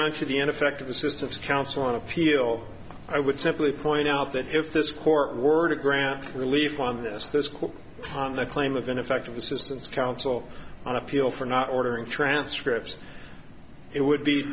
on to the ineffective assistance of counsel on appeal i would simply point out that if this court were to grant relief on this this court on the claim of ineffective assistance counsel on appeal for not ordering transcripts it would be